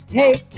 take